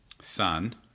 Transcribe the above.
sun